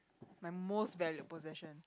my most valued possession